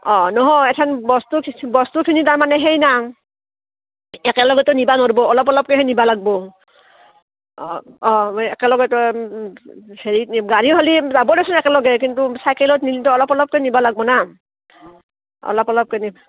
অঁ নহয় এথন বস্তু বস্তুখিনি তাৰমানে সেই না একেলগেতো নিবা নোৱাৰিব অলপ অলপকেহে নিবা লাগব অঁ অঁ একেলগেতো হেৰি গাড়ী হ'লে যাব দিয়কচোন একেলগে কিন্তু চাইকেলত নিলেতো অলপ অলপকৈ নিবা লাগব না অলপ অলপকে নি